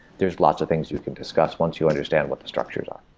there's lots of things you can discuss once you understand what the structures are.